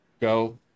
Go